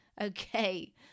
Okay